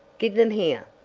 give them here!